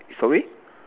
sorry